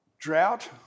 Drought